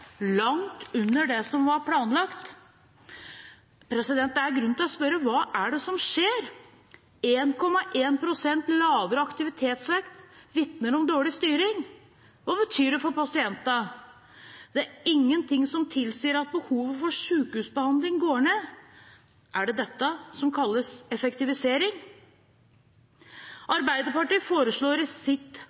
langt under det som var planlagt. Det er grunn til å spørre hva det er som skjer. 1,1 pst. lavere aktivitetsvekst vitner om dårlig styring. Hva betyr det for pasientene? Det er ingenting som tilsier at behovet for sykehusbehandling går ned. Er det dette som kalles effektivisering? Arbeiderpartiet foreslår i sitt